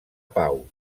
pau